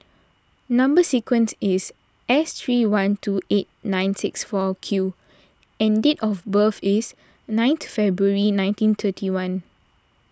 Number Sequence is S three one two eight nine six four Q and date of birth is ninth February ninety thirty one